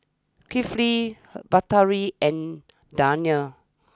Kifli Batari and Danial